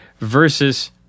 versus